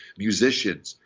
musicians,